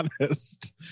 honest